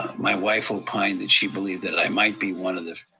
my wife opined that she believed that i might be one of the,